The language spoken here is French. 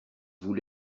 vous